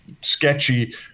sketchy